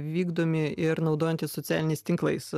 vykdomi ir naudojantis socialiniais tinklais